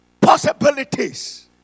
possibilities